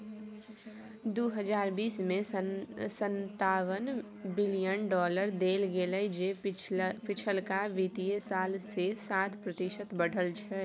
दुइ हजार बीस में सनतावन बिलियन डॉलर देल गेले जे पिछलका वित्तीय साल से सात प्रतिशत बढ़ल छै